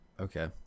Okay